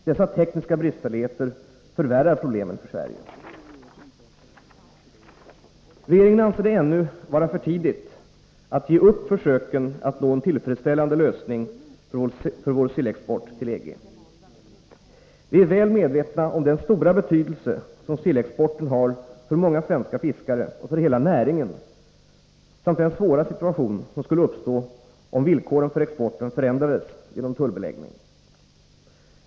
Dessa tekniska bristfälligheter förvärrar problemen för Sverige. Regeringen anser det ännu vara för tidigt att ge upp försöken att nå en tillfredsställande lösning för vår sillexport till EG. Vi är väl medvetna om den stora betydelse som sillexporten har för många svenska fiskare och för hela näringen samt den svåra situation som skulle uppstå om villkoren för exporten förändrades genom tullbeläggning.